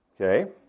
Okay